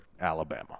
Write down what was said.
Alabama